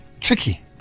Tricky